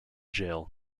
jail